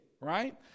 right